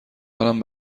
حالم